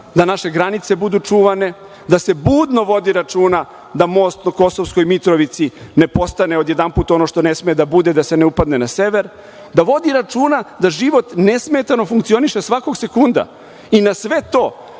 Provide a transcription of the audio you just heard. da naše granice budu čuvane, da se budno vodi računa da most u Kosovskoj Mitrovici ne postane odjedanput ono što ne sme da bude, da se ne upadne na sever, da vodi računa da život ne smetano funkcioniše svakog sekunda. Na sve to,